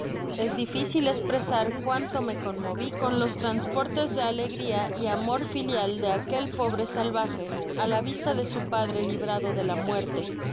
es euficil espresar cuánto me conmovi con los transportes de alegria y amor filial de aquel pobre salvaje á la vista de su padre librado de h muerte